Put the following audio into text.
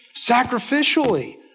sacrificially